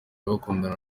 bakundana